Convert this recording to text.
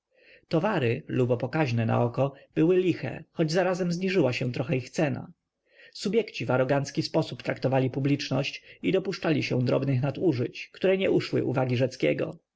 towary lubo pokaźne na oko były liche choć zarazem zniżyła się trochę ich cena subjekci w arogancki sposób traktowali publiczność i dopuszczali się drobnych nadużyć które nie uszły uwagi